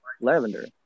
lavender